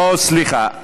לא, סליחה.